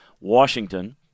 Washington